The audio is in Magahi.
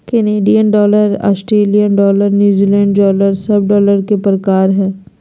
Canadian dollar, Australian dollar, New Zealand dollar सब डॉलर के प्रकार हय